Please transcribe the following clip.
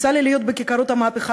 יצא לי להיות בכיכרות המהפכה,